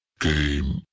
Game